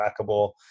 trackable